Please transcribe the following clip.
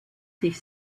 sich